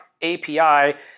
API